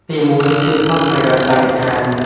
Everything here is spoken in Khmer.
ទីមួយ គឺផលប្រយោជន៍បរិស្ថាន។